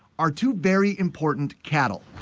are two very important cattle.